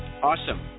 Awesome